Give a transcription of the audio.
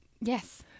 Yes